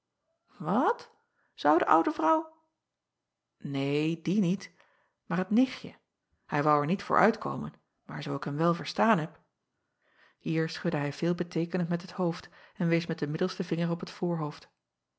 at zou de oude vrouw een die niet maar het nichtje hij woû er niet voor uitkomen maar zoo ik hem wel verstaan heb ier schudde hij veelbeteekenend met het hoofd en wees met den middelsten vinger op het voorhoofd